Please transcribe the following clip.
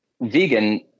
vegan